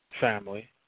family